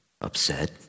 upset